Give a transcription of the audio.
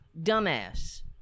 dumbass